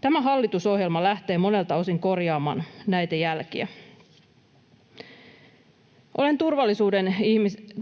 Tämä hallitusohjelma lähtee monelta osin korjaamaan näitä jälkiä. Olen